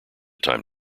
time